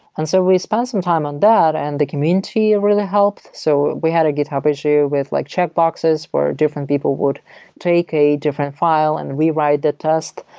and so we spent some time on that and the community really helped. so we had a github issue with like check boxes, where different people would take a different file and rewrite the test.